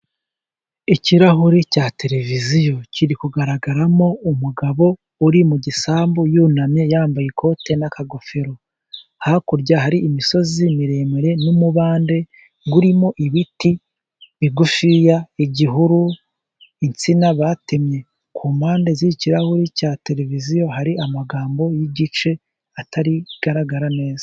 Ikirahure cya tereviziyo. Kiri kugaragaramo umugabo uri mu gisambu yunamye, yambaye ikote n'akagofero. Hakurya hari imisozi miremire n'umubande urimo ibiti bigufi, igihuru, insina batemye. Ku mpande z'ikirahuri cya tereviziyo hari amagambo y'igice atagaragara neza.